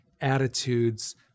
attitudes